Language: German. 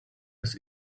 des